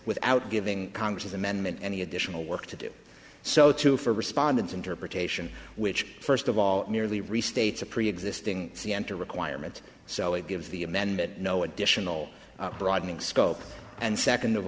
without giving congress's amendment any additional work to do so too for respondents interpretation which first of all merely restates a preexisting see enter requirement so it gives the amendment no additional broadening scope and second of